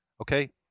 Okay